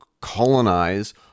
colonize